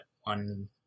one